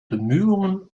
bemühungen